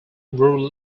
rural